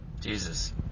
Jesus